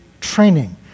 training